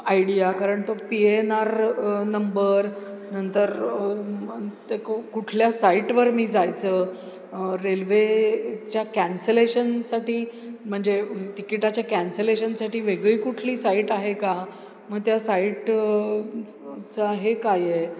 idea कारण तो P N R number नंतर ते क कुठल्या साईटवर मी जायचं रेल्वेच्या कॅन्सलेशनसाठी म्हणजे तिकिटाच्या कॅन्सलेशनसाठी वेगळी कुठली साईट आहे का मग त्या साईट चा हे काय आहे